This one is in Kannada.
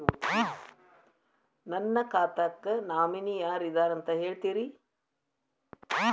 ನನ್ನ ಖಾತಾಕ್ಕ ನಾಮಿನಿ ಯಾರ ಇದಾರಂತ ಹೇಳತಿರಿ?